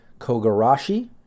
Kogarashi